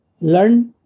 learn